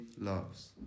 loves